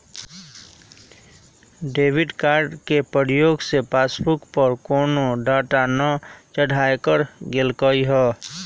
debit card के प्रयोग से पासबुक पर कोनो डाटा न चढ़ाएकर गेलइ ह